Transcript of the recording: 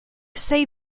say